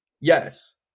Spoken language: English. Yes